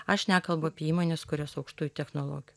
aš nekalbu apie įmones kurios aukštųjų technologijų